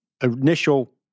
initial